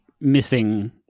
missing